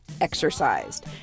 Exercised